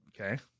Okay